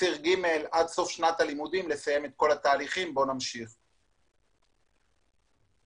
וציר ג' לסיים את כל התהליכים עד סוף שנת הלימודים.